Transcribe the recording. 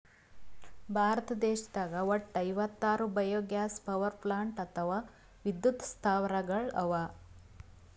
ಭಾರತ ದೇಶದಾಗ್ ವಟ್ಟ್ ಐವತ್ತಾರ್ ಬಯೊಗ್ಯಾಸ್ ಪವರ್ಪ್ಲಾಂಟ್ ಅಥವಾ ವಿದ್ಯುತ್ ಸ್ಥಾವರಗಳ್ ಅವಾ